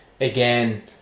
Again